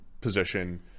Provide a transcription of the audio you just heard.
position